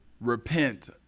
repent